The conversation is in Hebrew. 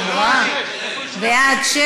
גם אתה.